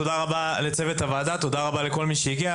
תודה רבה לצוות הוועדה, תודה רבה לכל מי שהגיע.